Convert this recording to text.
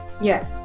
Yes